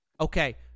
okay